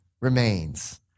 remains